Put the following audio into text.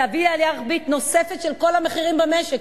תביא לעלייה רוחבית נוספת של כל המחירים במשק.